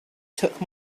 took